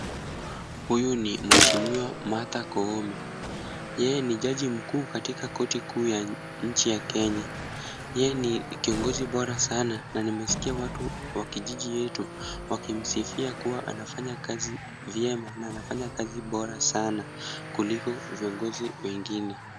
Huyu ni Mweshimiwa Martha Koome. Yeye ni jaji mkuu katika korti kuu ya nchi ya Kenya. Ye ni kingozi bora sana na nimesikia watu wa kijiji yetu wakimsifia kuwa anafanya kazi vyema na anafanya kazi bora sana kuliko viongozi wengine.